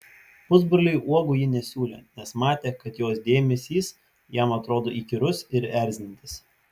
pusbroliui uogų ji nesiūlė nes matė kad jos dėmesys jam atrodo įkyrus ir erzinantis